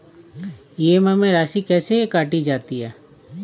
EMI में राशि कैसे काटी जाती है?